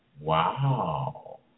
Wow